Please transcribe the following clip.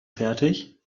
fertig